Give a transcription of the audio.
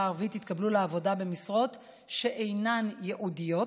הערבית התקבלו לעבודה במשרות שאינן ייעודיות